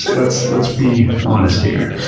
let's let's be honest here.